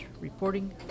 reporting